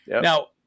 Now